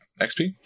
XP